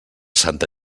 santa